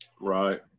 Right